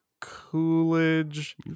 Coolidge